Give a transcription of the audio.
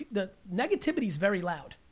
the negativity's very loud.